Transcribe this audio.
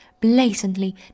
blatantly